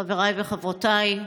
חברי וחברותיי,